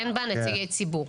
אין בה נציגי ציבור.